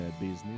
business